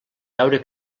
veure